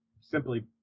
simply